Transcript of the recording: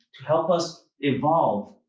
to help us evolve?